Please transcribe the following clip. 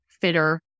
fitter